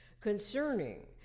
concerning